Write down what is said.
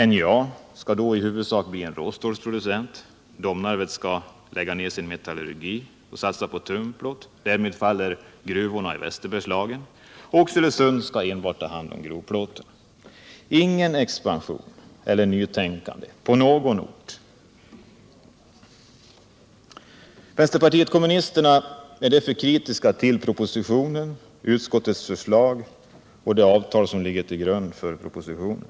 NJA skall då i huvudsak bli endast råstålsproducent, Domnarvets järnverk skall bli av med sin metallurgi och satsa på tunnplåt — därmed faller gruvorna i västra Bergslagen — och Oxelösund skall enbart ta hand om grovplåten. Ingen expansion och inget nytänkande på någon ort. Vänsterpartiet kommunisterna är därför kritiskt till propositionen, till utskottets förslag och till det avtal som ligger till grund för propositionen.